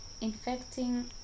infecting